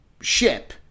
ship